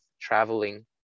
traveling